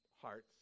hearts